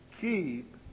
keep